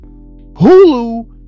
Hulu